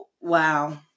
wow